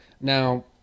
Now